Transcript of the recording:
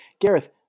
Gareth